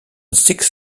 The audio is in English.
six